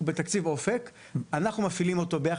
אחרי שתיבחר